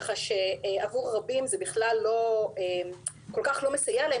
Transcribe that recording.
כך שעבור רבים זה כל כך לא מסייע להם